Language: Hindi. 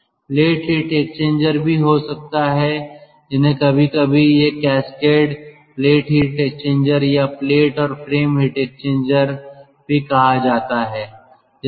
प्लेट हीट एक्सचेंजर भी हो सकता है जिन्हें कभी कभी यह cascade plate heat exchanger plate heat exchanger या प्लेट और फ्रेम हीट एक्सचेंजर भी कहा जाता है